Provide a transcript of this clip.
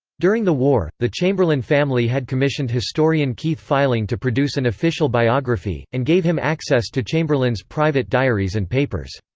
during the war, the chamberlain family had commissioned historian keith feiling to produce an official biography, and gave him access to chamberlain's private diaries and papers.